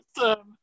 awesome